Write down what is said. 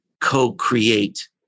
co-create